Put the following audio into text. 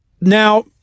Now